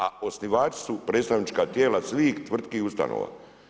A osnivači su predstavnička tijela svih tvrtki i ustanova.